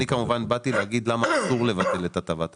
אני כמובן באתי להגיד למה אסור לבטל את הטבת המס.